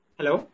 Hello